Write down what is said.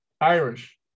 Irish